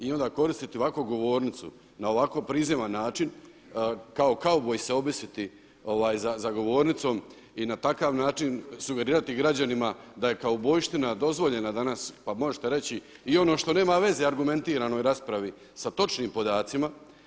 I onda koristiti ovako govornicu na ovako prizivan način, kao kauboj se objesiti za govornicom i na takav način sugerirati građanima da je kaubojština dozvoljena danas, pa možete reći i ono što nema veze argumentiranoj raspravi sa točnim podacima.